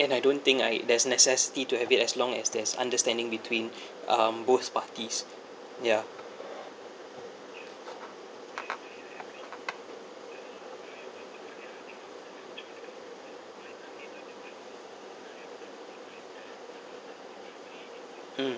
and I don't think I there's necessity to have it as long as there's understanding between um both parties ya mm